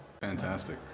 Fantastic